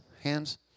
Hands